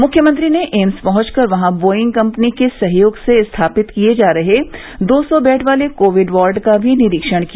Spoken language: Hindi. मुख्यमंत्री ने एम्स पहुंचकर वहां बोइंग कम्पनी के सहयोग से स्थापित किये जा रहे दो सौ बेड वाले कोविड वार्ड का भी निरीक्षण किया